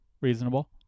Reasonable